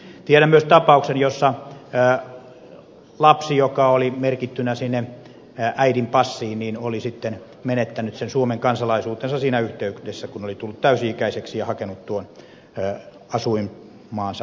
tiedän myös tapauksen jossa lapsi joka oli merkittynä äidin passiin oli menettänyt suomen kansalaisuutensa siinä yhteydessä kun oli tullut täysi ikäiseksi ja hakenut tuon asuinmaansa kansalaisuutta